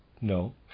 No